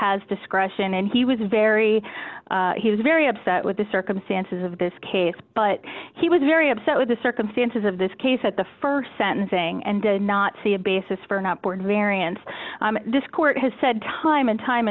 has discretion and he was very he was very upset with the circumstances of this case but he was very upset with the circumstances of this case at the st sentencing and did not see a basis for an upward variance dischord has said time and time